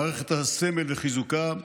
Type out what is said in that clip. מערכת הסמל וחיזוקה,